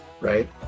right